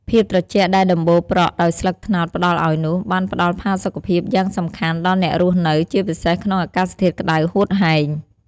ភាពត្រជាក់ដែលដំបូលប្រក់ដោយស្លឹកត្នោតផ្ដល់ឲ្យនោះ បានផ្ដល់ផាសុកភាពយ៉ាងសំខាន់ដល់អ្នករស់នៅ ជាពិសេសក្នុងអាកាសធាតុក្តៅហួតហែង។